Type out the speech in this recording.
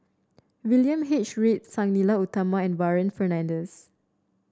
William H Read Sang Nila Utama and Warren Fernandez